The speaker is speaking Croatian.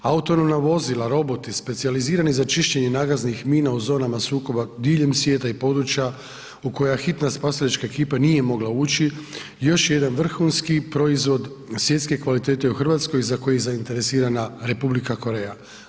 Autonomna vozila, roboti specijalizirani za čišćenje nagaznih mina u zonama sukoba diljem svijeta i područja u koja hitna spasilačka ekipa nije mogla ući još je jedan vrhunski proizvod svjetske kvalitete u Hrvatskoj za koji je zainteresirana Republika Koreja.